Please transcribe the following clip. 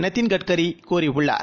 நிதின்கட்கரி கூறியுள்ளார்